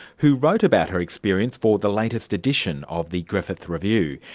who wrote about her experience for the latest edition of the griffith review.